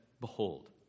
Behold